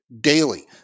daily